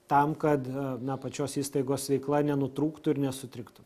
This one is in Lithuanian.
tam kad na pačios įstaigos veikla nenutrūktų ir nesutriktų